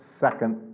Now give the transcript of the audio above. second